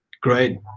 great